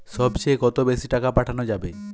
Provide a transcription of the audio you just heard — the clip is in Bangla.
সব চেয়ে কত বেশি টাকা পাঠানো যাবে?